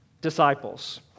Disciples